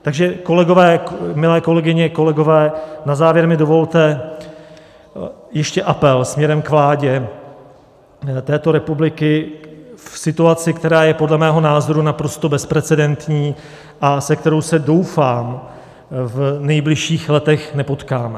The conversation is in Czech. Takže milé kolegyně, kolegové, na závěr mi dovolte ještě apel směrem k vládě této republiky v situaci, která je podle mého názoru naprosto bezprecedentní a se kterou se, doufám, v nejbližších letech nepotkáme.